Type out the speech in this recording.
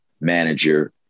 manager